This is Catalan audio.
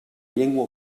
llengua